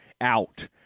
out